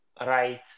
right